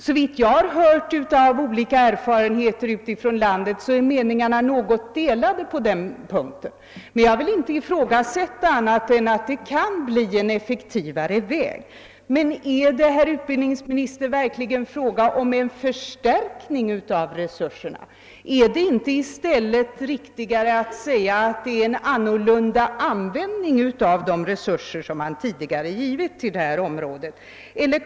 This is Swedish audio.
Såvitt jag har hört av olika erfarenheter ute i landet är meningarna något delade på denna punkt. Jag vill dock inte ifrågasätta att det inte skulle kunna bli en effektivare väg. Är det, herr utbildningsminister, verkligen fråga om en förstärkning av resurserna? Är det inte i stället riktigare att säga att det är en annan användning av de resurser som detta område tidigare har erhållit?